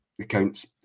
accounts